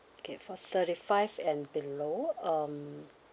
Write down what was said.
okay for thirty five and below um